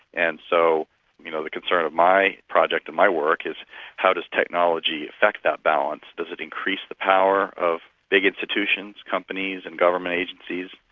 and so you know the concern of my project and my work is how does technology affect that balance, does it increase the power, of big institutions, companies and government agencies,